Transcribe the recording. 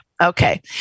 Okay